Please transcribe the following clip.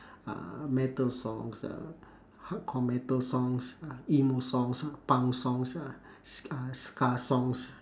uh metal songs uh hardcore metal songs uh emo songs uh punk songs uh ska songs